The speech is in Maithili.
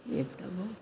हे प्रभु